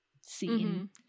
scene